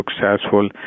successful